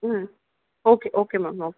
ம் okay okay ma'am okay